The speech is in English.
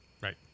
Right